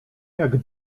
jak